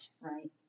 right